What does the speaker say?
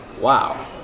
wow